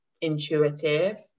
intuitive